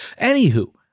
anywho